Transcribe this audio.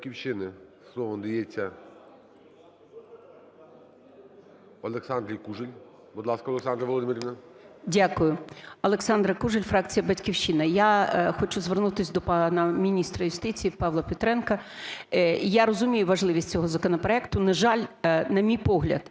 Дякую. Олександра Кужель, фракція "Батьківщина". Я хочу звернутися до пана міністра юстиції Павла Петренка. Я розумію важливість цього законопроекту. На жаль, на мій погляд